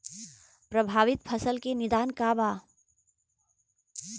प्रभावित फसल के निदान का बा?